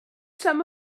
some